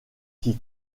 qui